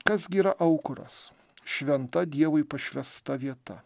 kas gi yra aukuras šventa dievui pašvęsta vieta